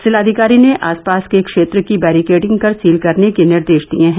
जिलाधिकारी ने आसपास के क्षेत्र की बैरिकेडिंग कर सील करने के निर्देश दिए हैं